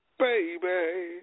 baby